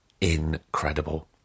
incredible